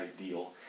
ideal